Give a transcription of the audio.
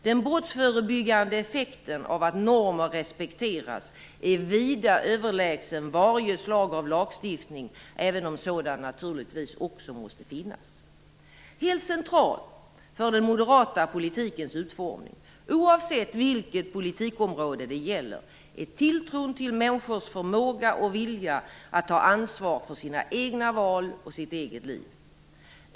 Den brottsförebyggande effekten av att normer respekteras är vida överlägsen varje slag av lagstiftning, även om sådan naturligtvis också måste finnas. Helt central för den moderata politikens utformning, oavsett vilket politikområde det gäller, är tilltron till människors förmåga och vilja att ta ansvar för sina egna val och sitt eget liv.